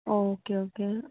okay okay